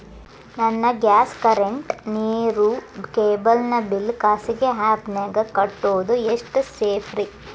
ನನ್ನ gas current, ನೇರು, cable ನ ಬಿಲ್ ಖಾಸಗಿ ಆ್ಯಪ್ ನ್ಯಾಗ್ ಕಟ್ಟೋದು ಎಷ್ಟು ಸೇಫ್ರಿ?